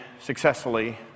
successfully